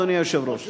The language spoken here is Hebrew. אדוני היושב-ראש.